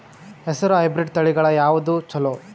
ಹೆಸರ ಹೈಬ್ರಿಡ್ ತಳಿಗಳ ಯಾವದು ಚಲೋ?